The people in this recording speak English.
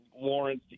Lawrence